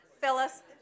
Phyllis